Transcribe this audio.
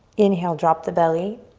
inhale, drop the belly.